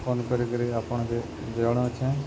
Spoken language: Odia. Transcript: ଫୋନ୍ କରିକିରି ଆପଣ୍କେ ଜଣଉଛେଁ